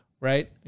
right